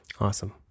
Awesome